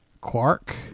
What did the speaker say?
Quark